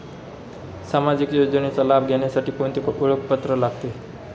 सामाजिक योजनेचा लाभ घेण्यासाठी कोणते ओळखपत्र लागते?